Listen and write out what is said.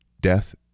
Death